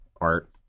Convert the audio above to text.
art